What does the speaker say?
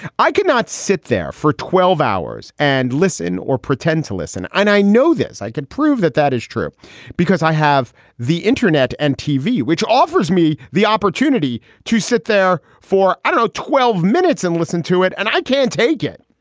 i could not sit there for twelve hours and listen or pretend to listen. i know. i know this. i could prove that that is true because i have the internet and tv, which offers me the opportunity to sit there for, i don't know, twelve minutes and listen to it and i can't take it.